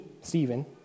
Stephen